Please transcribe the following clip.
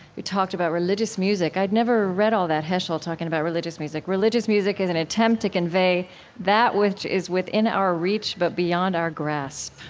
he talked about religious music. i'd never read all of that heschel talking about religious music. religious music is an attempt to convey that which is within our reach, but beyond our grasp.